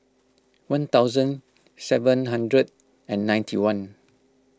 one thousand seven hundred and ninety one